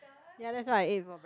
ya that's why I ate for break~